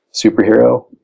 superhero